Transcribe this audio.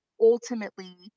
ultimately